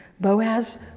Boaz